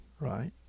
right